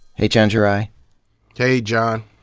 hey, chenjerai. hey john.